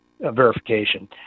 verification